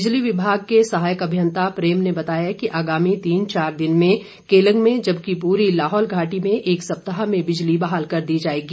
बिजली विभाग के सहायक अभियन्ता प्रेम ने बताया कि आगामी तीन चार दिन में केलंग में जबकि पूरी लाहौल घाटी में एक सप्ताह में बिजली बहाल कर दी जाएगी